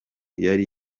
yari